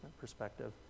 perspective